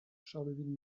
charleville